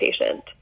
patient